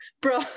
bro